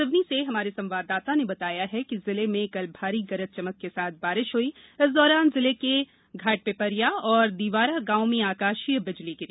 सिवनी से हमारे संवाददाता ने बताया है कि जिले में कल भारी गरज चमक के साथ बारिश हुई इस दौरान जिले के घटपिपरिया और दिवारा गांव में आकाशीय बिजली गिरी